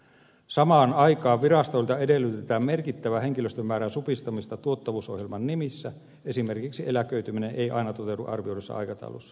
samaan aikaan virastoilta edellytetään merkittävää henkilöstömäärän supistamista tuottavuusohjelman nimissä esimerkiksi eläköityminen ei aina toteudu arvioidussa aikataulussa